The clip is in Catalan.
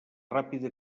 ràpida